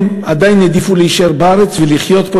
הם עדיין העדיפו להישאר בארץ ולחיות פה